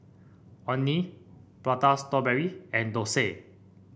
Orh Nee Prata Strawberry and dosa